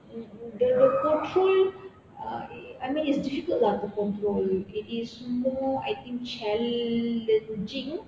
the I mean it's difficult lah to control it is more I think challenging